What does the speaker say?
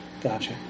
Gotcha